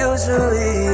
Usually